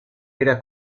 era